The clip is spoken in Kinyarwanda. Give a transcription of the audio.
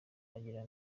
bagera